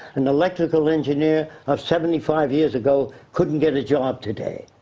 an electrical engineer of seventy five years ago couldn't get a job today.